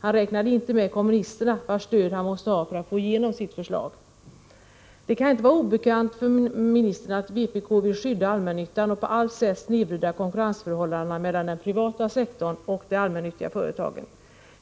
Han räknade inte med kommunisterna, vars stöd han måste ha för att få igenom sitt förslag. Det kan inte vara obekant för ministern att vpk vill skydda allmännyttan och på allt sätt snedvrida konkurrensförhållandena mellan den privata sektorn och de allmännyttiga företagen.